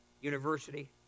university